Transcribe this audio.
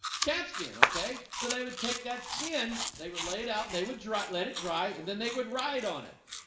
calf skin okay, so they would take that skin. they would lay it out and they would dry it let it dry and then they would ride on it